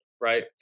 right